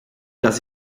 dass